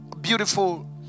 beautiful